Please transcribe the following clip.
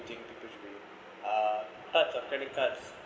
I think people should be uh heard of credit cards